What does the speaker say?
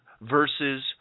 versus